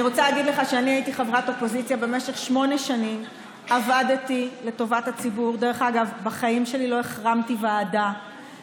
אני יהודי ציוני שחזר אחרי אלפיים ושבע מאות שנה שנה לארץ ישראל.